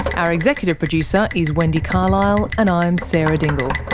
our executive producer is wendy carlisle, and i'm sarah dingle